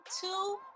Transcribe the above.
two